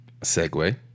segue